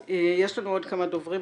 יש לנו עוד כמה דוברים.